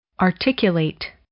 articulate